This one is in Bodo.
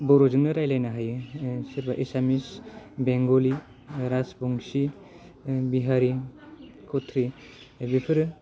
बर'जोंनो रायलायो ओ सोरबा एसामिस बेंग'लि रासबंसि ओ बिहारि खथ्रि बिफोरो